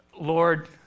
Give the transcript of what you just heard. Lord